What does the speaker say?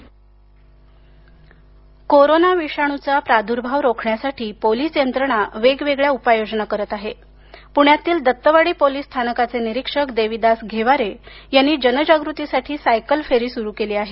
Dattawadi police corona विषाणूचा प्रादूर्भाव रोखण्यासाठी पोलीस यंत्रणा वेगवेगळ्या उपाययोजना करत आहे पुण्यातील दत्तवाडी पोलीस स्थानकाचे निरीक्षक देविदास घेवारे यांनी जनजागृतीसाठी सायकल फेरी सूरु केली आहे